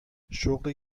شغلی